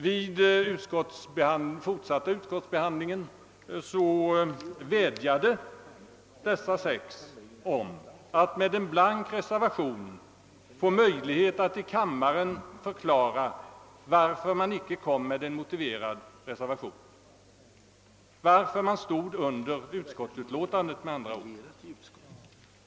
Vid den fortsatta behandlingen vädjade de sex att de genom att avge en blank reservation skulle få möjlighet att i kammaren förklara varför de inte kom med en motiverad reservation, med andra ord varför de stod under utskottsutlåtandet.